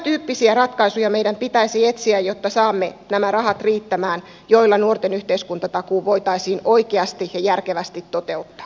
tämäntyyppisiä ratkaisuja meidän pitäisi etsiä jotta saamme riittämään nämä rahat joilla nuorten yhteiskuntatakuu voitaisiin oikeasti ja järkevästi toteuttaa